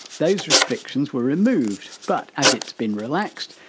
those restrictions were removed, but as it's been relaxed,